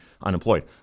unemployed